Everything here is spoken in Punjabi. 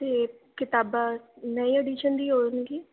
ਅਤੇ ਕਿਤਾਬ ਨਵੀਂ ਆਡੀਸ਼ਨ ਦੀ ਹੋਵੋਗੀ